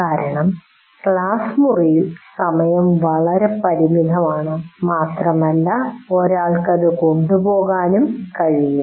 കാരണം ക്ലാസ് മുറിയിൽ സമയം വളരെ പരിമിതമാണ് മാത്രമല്ല ഒരാൾക്ക് അത് കൊണ്ടുപോകാനും കഴിയും